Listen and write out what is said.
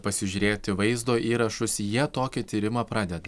pasižiūrėti vaizdo įrašus jie tokį tyrimą pradeda